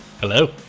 Hello